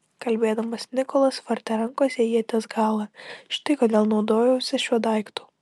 kalbėdamas nikolas vartė rankose ieties galą štai kodėl naudojausi šiuo daiktu